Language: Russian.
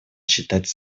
считать